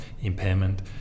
impairment